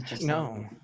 no